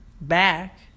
back